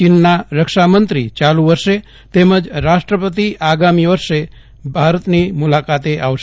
ચીનના રક્ષામંત્રી યાલુ વર્ષે તેમજ રાષ્ટ્રપતિ આગામી વર્ષે ભારતની મુલાકાતે આવશે